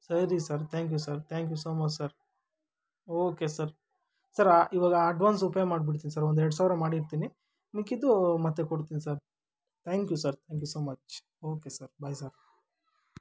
ಸರಿ sir thank you sir thank you so much sir okay sir sir ಇವಾಗ advance pay ಮಾಡಿಬಿಡ್ತೀನಿ sir ಒಂದೆರಡು ಸಾವಿರ ಮಾಡಿರ್ತೀನಿ ಮಿಕ್ಕಿದ್ದು ಮತ್ತೆ ಕೊಡ್ತೀನಿ sir thank you sir thank you so much okay sir bye sir